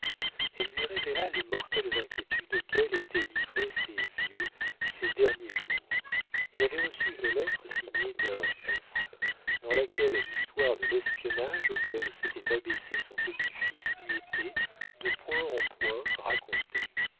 elle lui révéla les mortelles inquiétudes auxquelles étaient livrés ses vieux ses derniers jours elle avait reçu une lettre signée d'un f dans laquelle l'histoire de l'espionnage auquel s'était abaissé son petit-fils lui était de point en point racontée